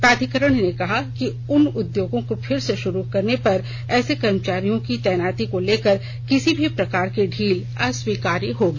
प्राधिकरण ने कहा कि उद्योगों के फिर शुरू होने पर ऐसे कर्मेचारियों की तैनाती को लेकर किसी भी प्रकार की ढील अस्वीकार्य होगी